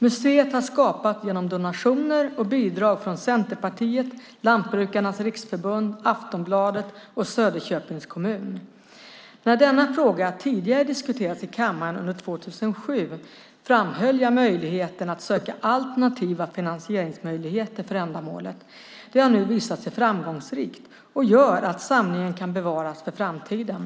Museet har skapats genom donationer och bidrag från Centerpartiet, Lantbrukarnas Riksförbund, Aftonbladet och Söderköpings kommun. När denna fråga tidigare diskuterades i kammaren under 2007 framhöll jag möjligheten att söka alternativa finansieringsmöjligheter för ändamålet. Det har nu visat sig framgångsrikt och gör att samlingen kan bevaras för framtiden.